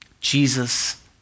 Jesus